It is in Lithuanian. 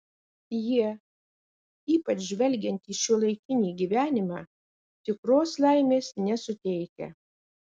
jie ypač žvelgiant į šiuolaikinį gyvenimą tikros laimės nesuteikia